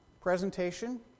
presentation